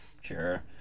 sure